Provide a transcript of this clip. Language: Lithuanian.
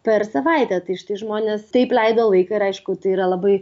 per savaitę tai štai žmonės taip leido laiką ir aišku tai yra labai